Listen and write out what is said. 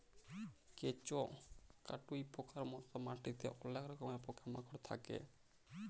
কেঁচ, কাটুই পকার মত মাটিতে অলেক রকমের পকা মাকড় থাক্যে